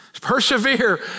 Persevere